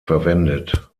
verwendet